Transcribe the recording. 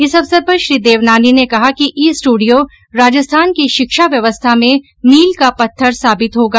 इस अवसर पर श्री देवनानी ने कहा कि ई स्टूडियो राजस्थान की शिक्षा व्यवस्था में मील का पत्थर साबित होगा